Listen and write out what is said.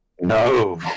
No